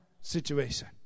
situation